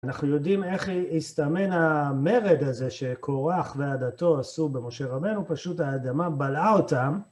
אנחנו יודעים איך הסתמן המרד הזה שקורח ועדתו עשו במשה רבינו, פשוט האדמה בלעה אותם.